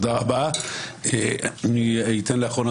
אנחנו עוסקים בהצעת